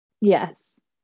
Yes